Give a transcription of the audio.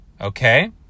Okay